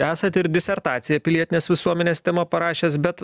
esate ir disertaciją pilietinės visuomenės tema parašęs bet